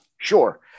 Sure